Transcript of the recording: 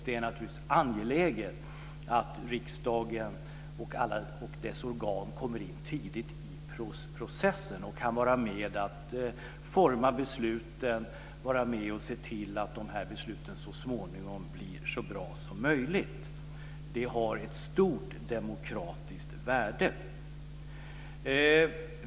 Det är naturligtvis angeläget att riksdagen och dess organ kommer in tidigt i processen, kan vara med och forma besluten och se till att de så småningom blir så bra som möjligt. Det har ett stort demokratiskt värde.